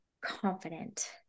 confident